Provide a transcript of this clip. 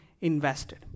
invested